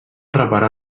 reparar